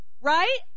Right